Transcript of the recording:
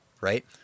right